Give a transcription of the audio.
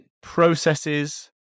processes